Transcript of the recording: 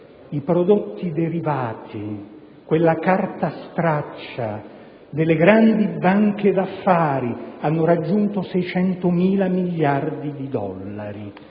I prodotti derivati, quella carta straccia delle grandi banche d'affari, hanno raggiunto 600.000 miliardi di dollari;